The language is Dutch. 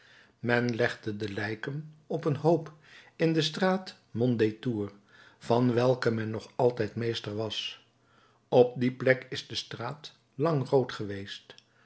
men legde de lijken op een hoop in de straat mondétour van welken men nog altijd meester was op die plek is de straat lang rood geweest